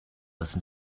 listen